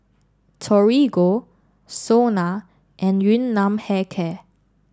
Torigo SONA and Yun Nam Hair Care